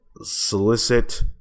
solicit